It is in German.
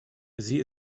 sie